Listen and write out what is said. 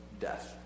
death